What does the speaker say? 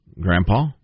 Grandpa